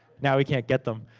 now we can't get them.